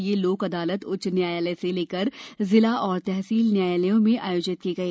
यह लोग अदालत उच्च न्यायालय से लेकर जिला एवं तहसील न्यायालयों में आयोजित की गई